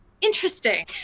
interesting